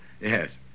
Yes